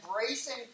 embracing